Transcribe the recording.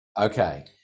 Okay